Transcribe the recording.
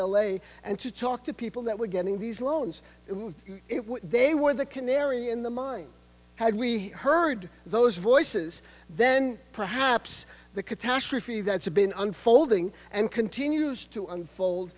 a and to talk to people that were getting these loans if they were the canary in the mine had we heard those voices then perhaps the catastrophe that's been unfolding and continues to unfold